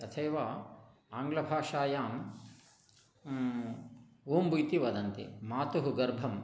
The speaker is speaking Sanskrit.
तथैव आङ्ग्लभाषायाम् ऊम्ब इति वदन्ति मातुः गर्भम्